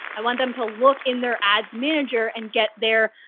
i want them to look in their ads manager and get their